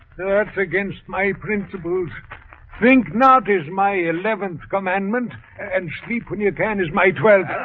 that's against my principles think not is my eleventh commandment and sleep when you can is my twelve